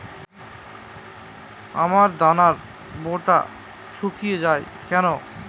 আমের দানার বোঁটা শুকিয়ে য়ায় কেন?